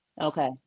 Okay